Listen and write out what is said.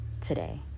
today